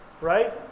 right